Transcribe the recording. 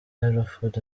hellofood